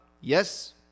Yes